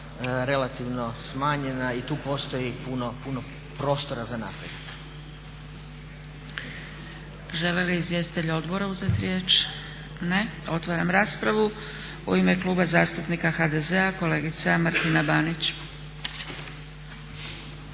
relativno smanjena i tu postoji puno, puno prostora za napredak.